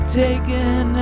taken